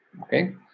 Okay